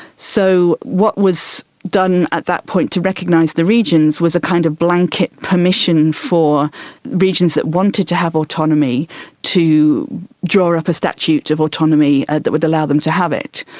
so what was done at that point to recognise the regions was a kind of blanket permission for regions that wanted to have autonomy to draw up a statute of autonomy that would allow them to have it.